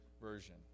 Version